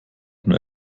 nur